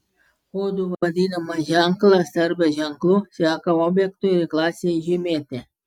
kodu vadinamas ženklas arba ženklų seka objektui ir klasei žymėti